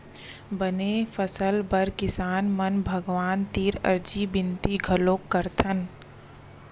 बने फसल बर किसान मन भगवान तीर अरजी बिनती घलोक करथन